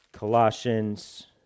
Colossians